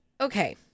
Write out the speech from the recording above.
okay